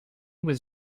was